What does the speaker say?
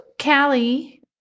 Callie